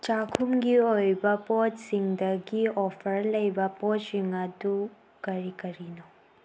ꯆꯥꯛꯈꯨꯝꯒꯤ ꯑꯣꯏꯕ ꯄꯣꯠꯁꯤꯡꯗꯒꯤ ꯑꯣꯐ꯭ꯔ ꯂꯩꯕ ꯄꯣꯠꯁꯤꯡ ꯑꯗꯨ ꯀꯔꯤ ꯀꯔꯤꯅꯣ